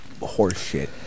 horseshit